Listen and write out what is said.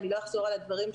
לא אחזור על הדברים,